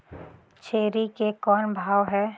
छेरी के कौन भाव हे?